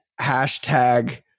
Hashtag